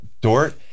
Dort